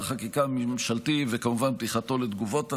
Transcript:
חקיקה ממשלתי וכמובן פתיחתו לתגובות הציבור,